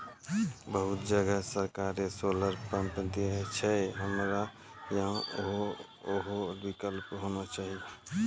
बहुत जगह सरकारे सोलर पम्प देय छैय, हमरा यहाँ उहो विकल्प होना चाहिए?